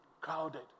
crowded